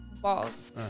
Balls